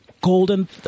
golden